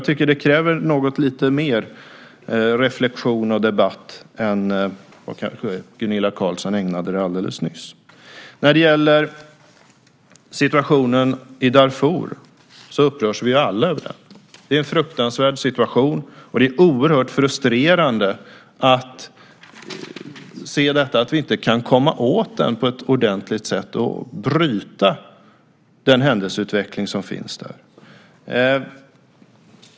Det kräver något lite mer reflexion och debatt än vad Gunilla Carlsson ägnade det alldeles nyss. Situationen i Darfur upprörs vi alla över. Det är en fruktansvärd situation, och det är oerhört frustrerande att se att vi inte kan komma åt den på ett ordentligt sätt och bryta den händelseutveckling som finns där.